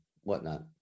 whatnot